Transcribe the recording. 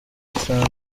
tran